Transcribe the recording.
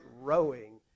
rowing